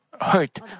hurt